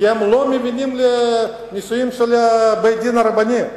כי הם לא מאמינים לנישואים של בית-הדין הרבני.